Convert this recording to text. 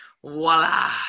Voila